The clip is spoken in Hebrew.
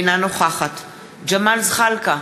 אינה נוכחת ג'מאל זחאלקה,